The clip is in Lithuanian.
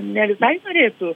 ne visai norėtų